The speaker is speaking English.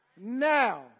now